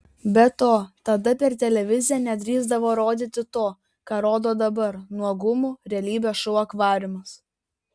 be to tada per televiziją nedrįsdavo rodyti to ką rodo dabar nuogumų realybės šou akvariumas